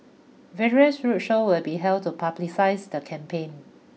various roadshows will be held to publicise the campaign